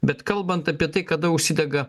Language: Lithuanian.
bet kalbant apie tai kada užsidega